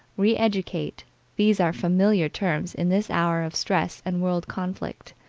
re-educate these are familiar terms in this hour of stress and world conflict.